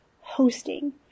hosting